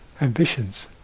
ambitions